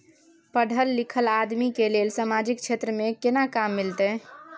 पढल लीखल आदमी के लेल सामाजिक क्षेत्र में केना काम मिलते?